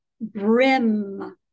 brim